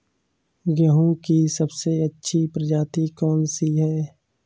गेहूँ की सबसे अच्छी प्रजाति कौन सी है?